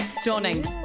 Stunning